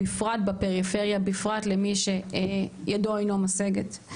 בפרט בפריפריה, בפרט למי שידו אינו משגת.